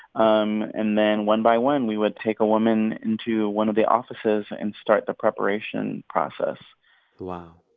um and then, one by one, we would take a woman into one of the offices and start the preparation process wow.